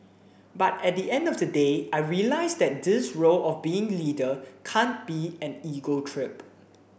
but at the end of the day I realised that this role of being leader can't be an ego trip